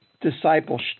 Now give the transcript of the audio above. disciples